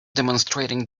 demonstrating